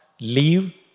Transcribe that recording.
Leave